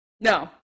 No